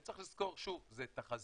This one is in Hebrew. וצריך לזכור, שוב, אלה תחזיות,